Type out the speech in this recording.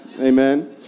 Amen